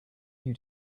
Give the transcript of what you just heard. you